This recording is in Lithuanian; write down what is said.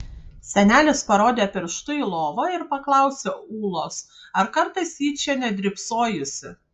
senelis parodė pirštu į lovą ir paklausė ūlos ar kartais ji čia nedrybsojusi